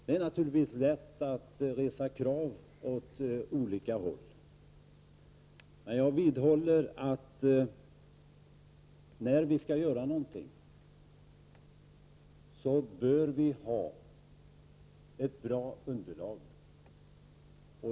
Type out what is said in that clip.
Det är naturligtvis lätt att på olika sätt resa krav, men jag vidhåller att vi när vi skall göra någonting bör ha ett bra underlag.